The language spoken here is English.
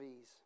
ease